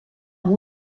amb